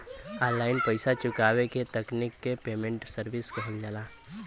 online पइसा चुकावे क तकनीक के पेमेन्ट सर्विस कहल जाला